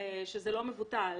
שזה לא מבוטל.